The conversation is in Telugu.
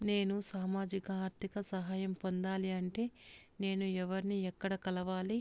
నేను సామాజిక ఆర్థిక సహాయం పొందాలి అంటే నేను ఎవర్ని ఎక్కడ కలవాలి?